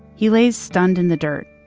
he lays stunned in the dirt,